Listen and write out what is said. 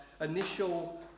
initial